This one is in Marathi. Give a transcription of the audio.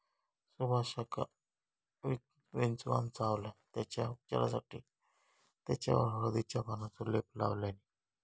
सुभाषका विंचवान चावल्यान तेच्या उपचारासाठी तेच्यावर हळदीच्या पानांचो लेप लावल्यानी